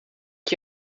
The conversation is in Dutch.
dit